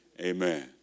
Amen